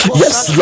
yes